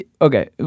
okay